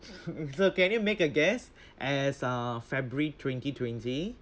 look can you make a guess as uh february twenty twenty